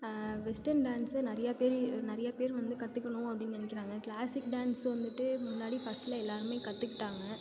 western டான்ஸே நிறையா பேர் நிறையா பேர் வந்து கற்றுக்கணும் அப்படின்னு நெனைக்கிறாங்க கிளாசிக் டான்ஸ் வந்துவிட்டு முன்னாடி ஃபர்ஸ்ட்ல எல்லாருமே கற்றுக்கிட்டாங்க